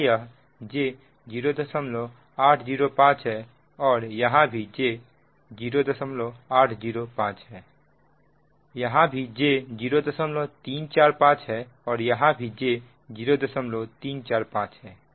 यहां यह j 0805 है और यहां भी j 0805 यहां भी j 0345 है और यहां भी j 0345 है